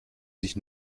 sich